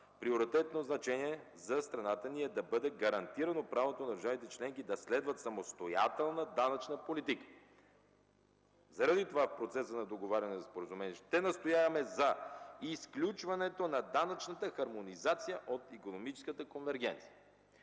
Приоритетно значение за страната ни е да бъде гарантирано правото на държавите членки да следват самостоятелна данъчна политика. Заради това в процеса на договаряне за споразумение ще настояваме за изключването на данъчната хармонизация от икономическата конвергенция.